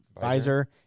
visor